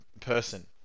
person